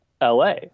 LA